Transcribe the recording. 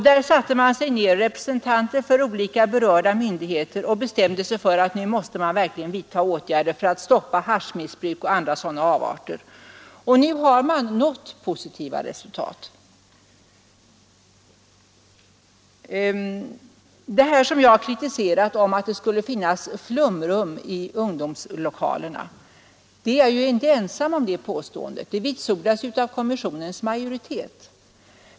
Där satte sig representanter för olika berörda myndigheter ned och bestämde att man verkligen måste vidta åtgärder för att stoppa haschmissbruk och andra sådana avarter. Nu har man nått positiva resultat. Påståendet att det skulle finnas flumrum i ungdomslokalerna är jag inte ensam om; det vitsordas av kommissionens majoritet.